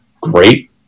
great